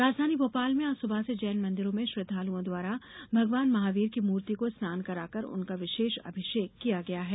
राजधानी भोपाल में आज सुबह से जैन मंदिरों में श्रद्वालुओं द्वारा भगवान महावीर की मूर्ति को स्नान कराकर उनका विशेष अभिषेक किया गया है